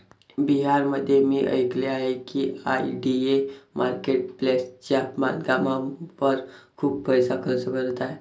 बिहारमध्ये मी ऐकले आहे की आय.डी.ए मार्केट प्लेसच्या बांधकामावर खूप पैसा खर्च करत आहे